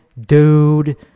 dude